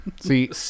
See